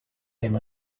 him